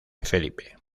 felipe